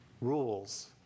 rules